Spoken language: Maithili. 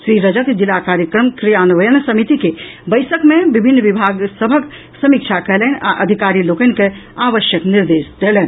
श्री रजक जिला कार्यक्रम क्रियान्वयन समिति के बैसक मे विभिन्न विभाग सभक समीक्षा कयलनि आ अधिकारी लोकनि के आवश्यक निर्देश देलनि